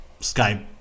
Skype